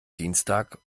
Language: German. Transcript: dienstag